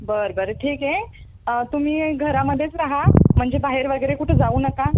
बरं बरं ठीक आहे तुम्ही घरामध्येच रहा म्हणजे बाहेर वगैरे कुठे जाऊ नका